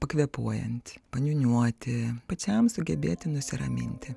pakvėpuojant paniūniuoti pačiam sugebėti nusiraminti